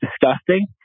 disgusting